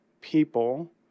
people